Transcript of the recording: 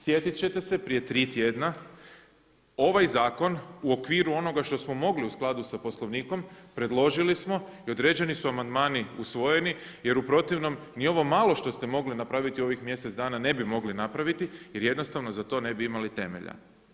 Sjetiti ćete se prije tri tjedna ovaj zakon u okviru onoga što smo mogli u skladu sa Poslovnikom, predložili smo i određeni su amandmani usvojeni jer u protivnom ni ovo malo što ste mogli napraviti u ovih mjesec dana ne bi mogli napraviti jer jednostavno za to ne bi imali temelja.